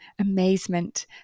amazement